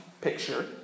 picture